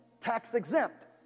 tax-exempt